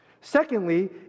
Secondly